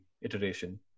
iteration